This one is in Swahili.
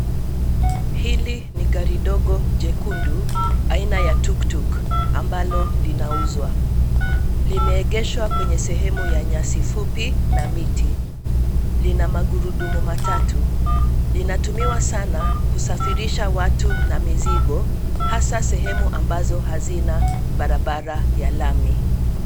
Hili ni gari dogo jekundu aina ya tuktuk ambalo linauzwa. Limeegeshwa kwenye sehemu ya nyasi fupi na miti. Lina magurudumu matatu. Linatumiwa sana kusafirisha watu na mizigo hasa sehemu ambazo hazina barabara ya lami.